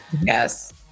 Yes